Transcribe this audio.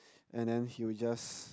and then he would just